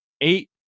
Eight